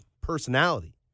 personality